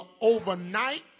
overnight